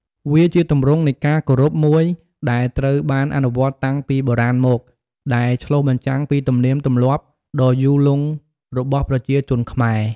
វាជាទម្រង់នៃការគោរពមួយដែលត្រូវបានអនុវត្តតាំងពីបុរាណមក ដែលឆ្លុះបញ្ចាំងពីទំនៀមទម្លាប់ដ៏យូរលង់របស់ប្រជាជនខ្មែរ។